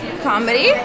Comedy